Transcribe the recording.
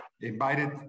invited